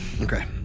Okay